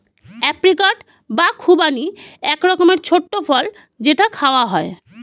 apricot বা খুবানি এক রকমের ছোট্ট ফল যেটা খাওয়া হয়